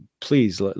Please